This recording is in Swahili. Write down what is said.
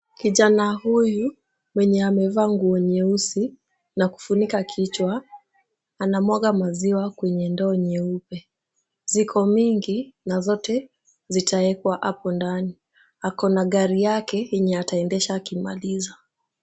Kijana huyu mwenye amevaa nguo nyeusi na kufunika kichwa anamwaga maziwa kwenye ndoo nyeupe. Ziko mingi na zote zitaekwa hapo ndani. Ako na gari yake yenye ataendesha akimaliza.